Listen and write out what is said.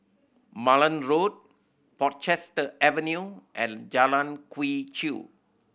Malan Road Portchester Avenue and Jalan Quee Chew